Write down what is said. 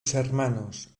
hermanos